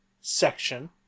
section